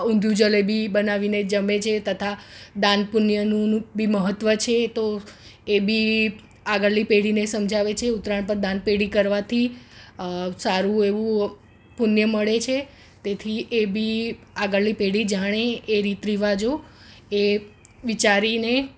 ઉંધીયું જલેબી બનાવીને જમે છે તથા દાન પૂણ્યનું નુ બી મહત્ત્વ છે તો એ બી આગળની પેઢીને સમજાવે છે ઉત્તરાયણ પર દાન પેઢી કરવાથી સારું એવું પૂણ્ય મળે છે તેથી એ બી આગળની પેઢી જાણે એ રીત રિવાજો એ વિચારીને